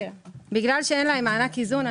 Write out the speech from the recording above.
בגלל שאין להם מענק איזון,